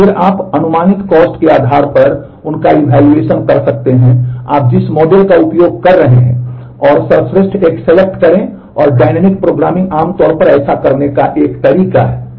और फिर आप अनुमानित कॉस्ट प्रोग्रामिंग आमतौर पर ऐसा करने का एक अच्छा तरीका है